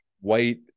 white